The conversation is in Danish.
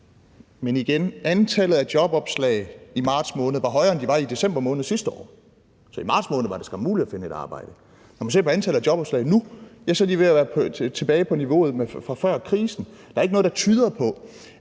Men igen: Antallet af jobopslag i marts måned var højere, end det var i december måned sidste år, så i marts måned var det så muligt at finde et arbejde. Når man ser på antallet af jobopslag nu, er vi ved at være tilbage på niveauet fra før krisen. Der er ikke noget, der tyder på,